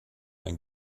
ein